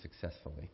successfully